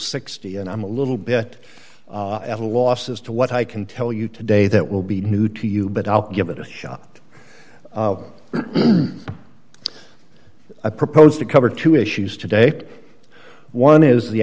sixty and i'm a little bit at a loss as to what i can tell you today that will be new to you but i'll give it a shot i proposed to cover two issues today one is the